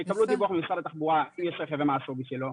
שיקבלו דיווח ממשרד התחבורה אם יש רכב ומה השווי שלו,